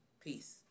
peace